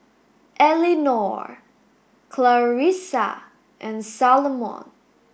Elenore Clarisa and Salomon